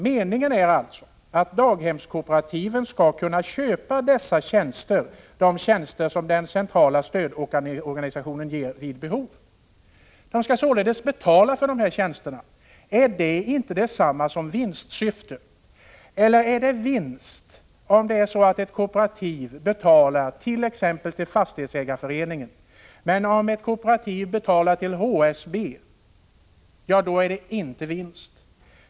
Meningen är alltså att daghemskooperativen vid behov skall kunna köpa de tjänster som den centrala stödorganisationen ger. De skall alltså betala för dessa tjänster. Jag måste fråga statsrådet: Är det inte detsamma som vinstsyfte? Är det vinst om ett kooperativ betalar till t.ex. Fastighetsägareförbundet, men om ett kooperativ betalar till HSB är det inte vinst?